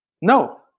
No